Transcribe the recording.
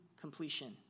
completion